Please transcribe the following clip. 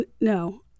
No